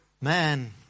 Man